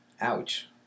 Ouch